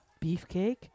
beefcake